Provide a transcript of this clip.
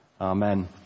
Amen